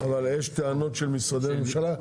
אבל יש טענות של משרדי ממשלה?